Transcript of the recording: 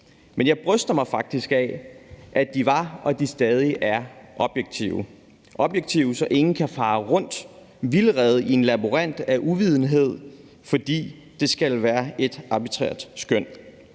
Men jeg bryster mig faktisk af, at kravene var og stadig er objektive, så ingen kan fare rundt i vildrede i en labyrint af uvidenhed, fordi det er et arbitrært skøn.